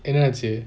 என்னாச்சு:ennachu